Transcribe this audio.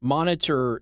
Monitor